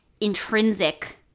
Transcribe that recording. intrinsic